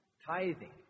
tithing